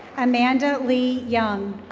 amanda lee young.